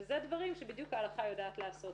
וזה דברים שבדיוק ההלכה יודעת לעשות,